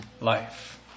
life